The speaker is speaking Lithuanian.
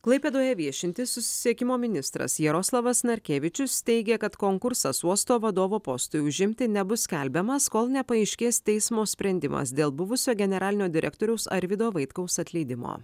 klaipėdoje viešintis susisiekimo ministras jaroslavas narkevičius teigia kad konkursas uosto vadovo postui užimti nebus skelbiamas kol nepaaiškės teismo sprendimas dėl buvusio generalinio direktoriaus arvydo vaitkaus atleidimo